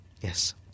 Yes